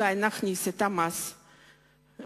אולי נכניס את המס מחדש?